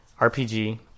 RPG